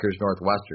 Northwestern